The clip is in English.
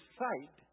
sight